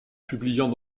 publiant